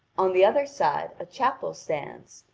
on the other side a chapel stands,